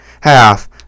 half